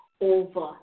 over